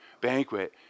banquet